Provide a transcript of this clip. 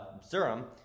serum